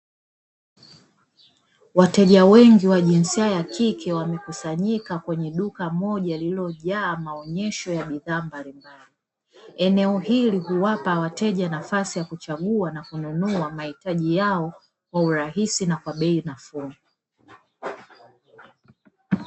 Wateja wengi wa jinsia ya kike wamekusanyika kwenye duka moja lililojaa maonyesho ya bidhaa mbalimbali, eneo hili huwapa wateja nafasi ya kuchagua na kununua mahitaji yao kwa urahisi na kwa bei nafuu.